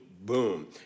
boom